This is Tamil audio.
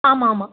ஆமாம் ஆமாம்